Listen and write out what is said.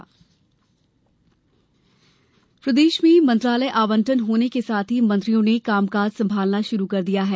मंत्री कार्यभार प्रदेश में मंत्रालय आवंटन होने के साथ ही मंत्रियों ने कामकाज संभालना शुरू कर दिया है